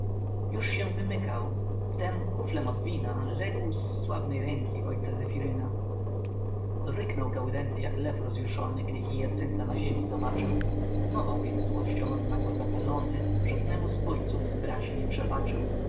już się wymykał w tem kuflem od wina legł z sławnej ręki ojca zefirina ryknął gaudenty jak lew rozjuszony gdy hyacynta na ziemi zobaczył nową więc złością znagła zapalony żadnemu z ojców braci nie przebaczył